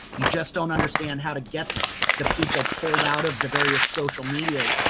you just don't understand how to get the people pulled out of the various social medias,